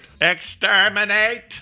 Exterminate